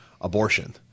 abortion